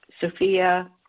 Sophia